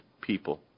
people